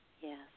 yes